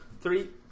Three